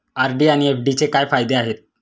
RD आणि एफ.डीचे काय फायदे आहेत?